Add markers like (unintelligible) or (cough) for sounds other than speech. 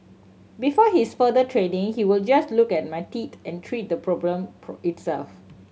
before his further training he would just look at my teeth and treat the problem (unintelligible) itself